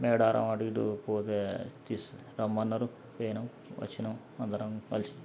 మేడారం అటు ఇటు పోతే తీసే రమ్మన్నారు పోయినాం వచ్చినాం అందరం